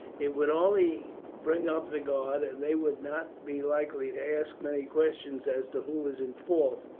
it would only bring up the guard, and they would not be likely to ask many questions as to who was in fault,